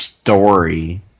story